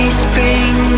spring